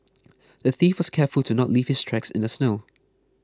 the thief was careful to not leave his tracks in the snow